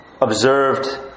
observed